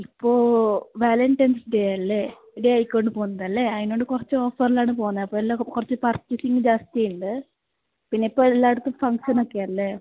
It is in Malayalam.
ഇപ്പോൾ വാലന്റൈൻസ് ഡേ അല്ലേ ഡേ ആയിക്കൊണ്ട് പോന്നതല്ലേ അതിനോട് കുറച്ച് ഓഫാറിലാണ് പോവുന്നത് അപ്പോൾ എല്ലാം കുറച്ച് പർച്ചേസിങ്ങ് ജാസ്തിയുണ്ട് പിന്നെ ഇപ്പോൾ എല്ലായിടത്തും ഫംഗ്ഷൻ ഒക്കെ അല്ലേ